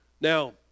Now